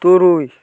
ᱛᱩᱨᱩᱭ